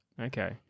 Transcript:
Okay